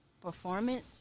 performance